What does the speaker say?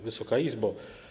Wysoka Izbo!